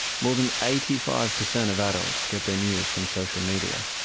more than eighty five percent of adults get their news from social media,